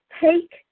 take